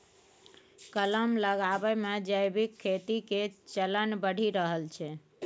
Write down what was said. कलम लगाबै मे जैविक खेती के चलन बढ़ि रहल छै